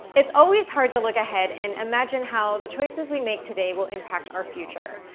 it's always hard to look ahead and imagine how the choices we make today will impact our future.